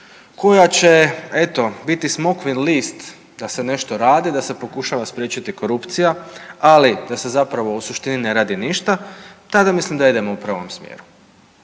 koja će, eto, biti smokvin list da se nešto radi, da se pokušava spriječiti korupcija, ali da se zapravo u suštini ne radi ništa, tada mislim da idemo u pravom smjeru.